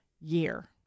year